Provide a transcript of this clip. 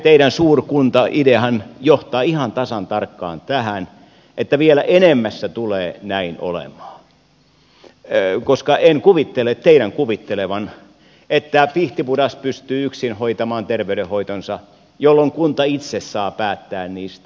teidän suurkuntaideannehan johtaa ihan tasan tarkkaan tähän että vielä enemmässä tulee näin olemaan koska en kuvittele teidän kuvittelevan että pihtipudas pystyy yksin hoitamaan terveydenhoitonsa jolloin kunta itse saa päättää niistä